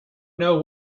know